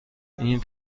این